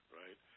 right